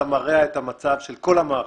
אתה מרע את המצב של כל המערכות.